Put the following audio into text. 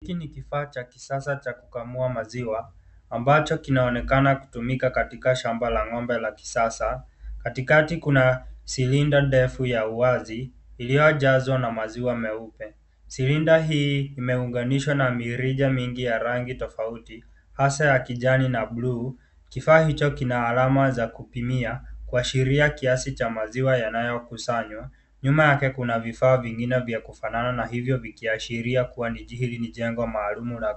Hiki ni kifaa cha kisasa cha kukamua maziwa, ambacho kinaonekana kutumika katika shamba la ngombe la kisasa, katikati kuan, silinda ndefu ya uwazi, iliyo jazwa na maziwa meupe, silinda hii imeunganishwa na mirija mingi ya rangi tofauti, hasq ya kijani na (cs)blue(cs), kifaa hicho kina alama za kupimia, kuashiria kiasi cha maziwa yanayo kusanywa, nyuma yake kuna vifaa vingine vya kufanana na hivyo kuashilia kuwa ni ji, hili ni jengo maalumu la.